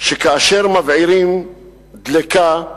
שכאשר מבעירים דלקה,